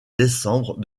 décembre